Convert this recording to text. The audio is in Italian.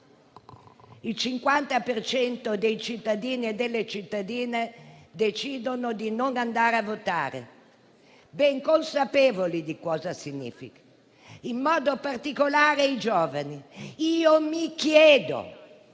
cento dei cittadini e delle cittadine decidono di non andare a votare, ben consapevoli di cosa significhi, in modo particolare i giovani. Mi chiedo,